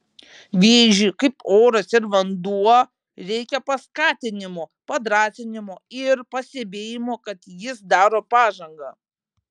vėžiui kaip oras ir vanduo reikia paskatinimo padrąsinimo ir pastebėjimo kad jis daro pažangą